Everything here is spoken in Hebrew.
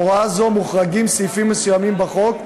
מהוראה זו מוחרגים סעיפים מסוימים בחוק,